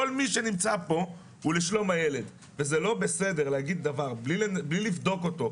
כל מי שנמצא כאן הוא לשלום הילד וזה לא בסדר להגיד דבר בלי לבדוק אותו,